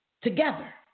together